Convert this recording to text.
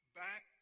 back